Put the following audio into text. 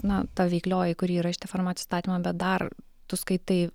na ta veiklioji kuri įrašyta į farmacijos įstatymą bet dar tu skaitai